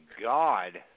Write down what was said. god